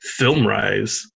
FilmRise